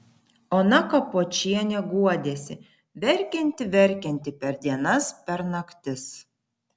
ona kapočienė guodėsi verkianti verkianti per dienas per naktis